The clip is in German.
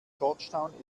georgetown